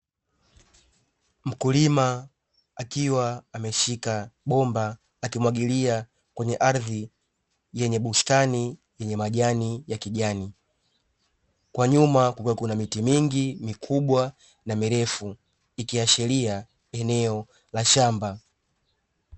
Mkulima akiwa ameshika bomba, akimwagilia kwenye ardhi yenye bustani yenye majani ya kijani. Kwa nyuma kukiwa kuna miti mingi mikubwa na mirefu, ikiashiria ni eneo la shamba.